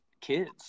kids